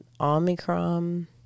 Omicron